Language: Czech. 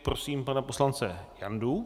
Prosím pana poslance Jandu.